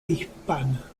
hispana